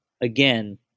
again